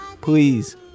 please